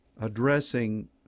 addressing